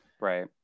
right